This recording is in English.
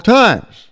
times